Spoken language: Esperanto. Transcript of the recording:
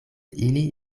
ili